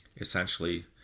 essentially